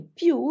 più